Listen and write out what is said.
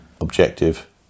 objective